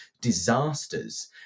disasters